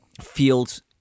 Fields